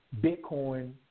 Bitcoin